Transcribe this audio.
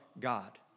God